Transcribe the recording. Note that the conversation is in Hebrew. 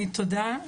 תודה,